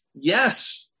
Yes